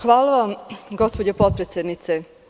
Hvala vam gospođo potpredsednice.